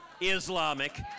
Islamic